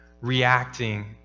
reacting